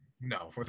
No